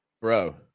bro